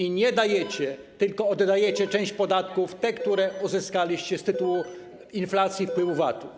I nie dajecie, tylko oddajecie część podatków, te, które uzyskaliście z tytułu inflacji, wpływów z VAT-u.